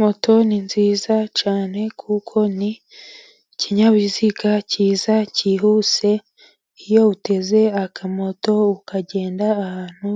Moto ni nziza cyane, kuko ni ikinyabiziga cyiza cyihuse. Iyo uteze akamoto ukagenda ahantu,